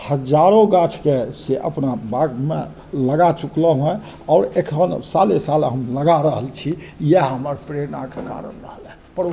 हजारो गाछकेँ से अपना बागमे लगा चुकलहुँ हँ आओर एखन साले साल हम लगा रहल छी इएह हमर प्रेरणाके कारण रहल हँ पड़ोसी